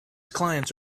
clients